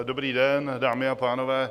Dobrý den, dámy a pánové.